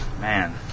Man